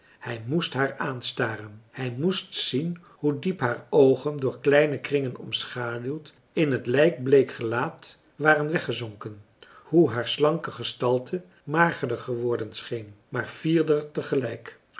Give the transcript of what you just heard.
hij moest haar aanstaren hij moest zien hoe diep haar oogen door kleine kringen omschaduwd in het lijkbleek gelaat waren weggezonken hoe haar slanke gestalte magerder geworden scheen maar fierder